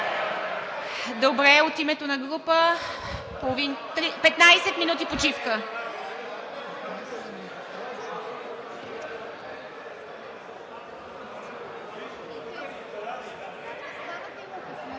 Добре, от името на група – 15 минути почивка.